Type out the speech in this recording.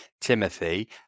timothy